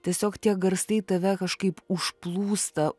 tiesiog tie garsai tave kažkaip užplūsta